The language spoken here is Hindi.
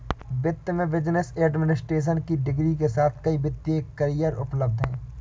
वित्त में बिजनेस एडमिनिस्ट्रेशन की डिग्री के साथ कई वित्तीय करियर उपलब्ध हैं